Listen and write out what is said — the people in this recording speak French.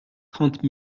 trente